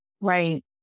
Right